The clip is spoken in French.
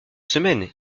semaine